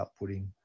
outputting